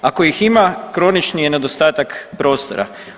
Ako ih ima kronični je nedostatak prostora.